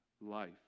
life